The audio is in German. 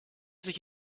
sich